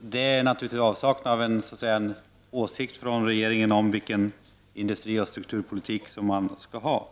Näringslivet saknar naturligtvis ett besked från regeringen om vilken industrioch strukturpolitik man skall ha.